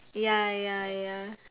ya ya ya